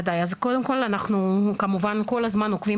אז קודם כל אנחנו כמובן כל הזמן עוקבים